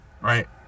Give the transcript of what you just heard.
right